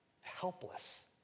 helpless